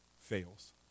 fails